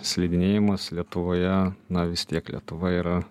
slidinėjimas lietuvoje na vis tiek lietuva yra